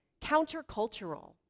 countercultural